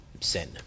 sin